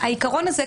העיקרון הזה,